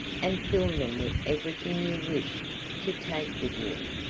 and fill them with everything you wish to take with you.